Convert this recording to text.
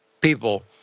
people